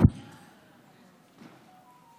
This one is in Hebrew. אדוני היושב-ראש,